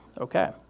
Okay